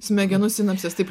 smegenų sinapsės taip